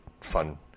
fun